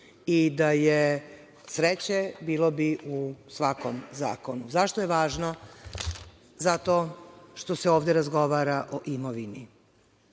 i da je sreće bilo bi u svakom zakonu. Zašto je važno? Zato što se ovde razgovara o imovini,